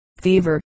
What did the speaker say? fever